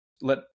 let